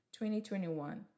2021